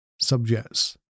subjects